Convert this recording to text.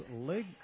leg